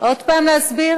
עוד פעם להסביר?